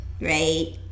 right